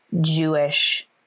Jewish